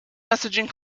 messaging